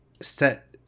set